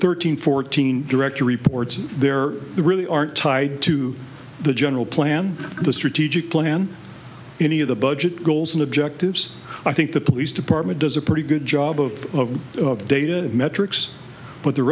thirteen fourteen director reports there really aren't tied to the general plan the strategic plan any of the budget goals and objectives i think the police department does a pretty good job of data metrics but the